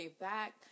back